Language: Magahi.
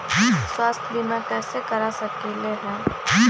स्वाथ्य बीमा कैसे करा सकीले है?